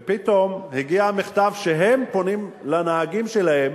ופתאום מגיע מכתב שהם פונים לנהגים שלהם,